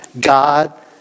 God